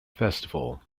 festival